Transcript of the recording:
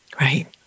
Right